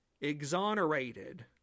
exonerated